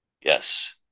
Yes